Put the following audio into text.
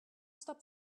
stop